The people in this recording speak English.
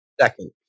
second